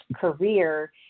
career